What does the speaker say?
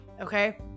okay